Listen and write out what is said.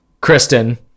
Kristen